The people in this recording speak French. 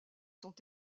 sont